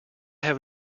have